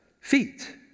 Feet